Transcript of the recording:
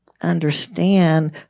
understand